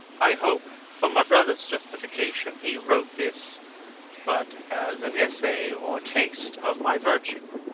i hope, for my brother's justification, he wrote this but as an essay or taste of my virtue.